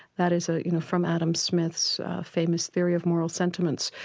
that is ah you know from adam smith's famous theory of moral sentiments.